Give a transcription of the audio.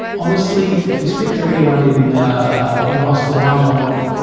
honestly, if you speak to anyone in in a hospital i know of,